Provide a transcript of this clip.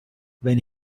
when